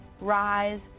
Rise